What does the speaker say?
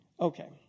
Okay